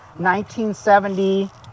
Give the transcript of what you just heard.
1970